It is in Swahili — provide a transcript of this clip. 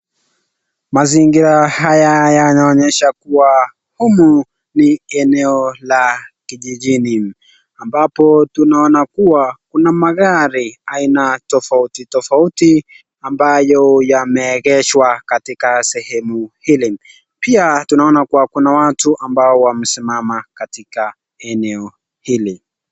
Mazingira haya yanaonyesha kuwa humu ni eneo la kijijini ambapo tunaona kuwa kuna magari aina tofauti tofauti ambayo yameegeshwa katika sehemu hili. Pia tunaona kuwa kuna watu ambao wamesimama katika eneo hili.